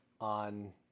on